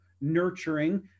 nurturing